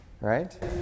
Right